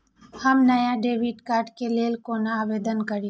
हम नया debit card के लल कौना आवेदन करि?